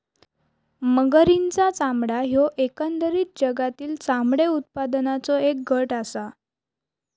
मगरींचा चामडा ह्यो एकंदरीत जगातील चामडे उत्पादनाचों एक गट आसा